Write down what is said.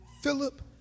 Philip